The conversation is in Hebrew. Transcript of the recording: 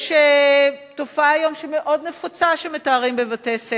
יש תופעה מאוד נפוצה היום שמתארים בבתי-ספר: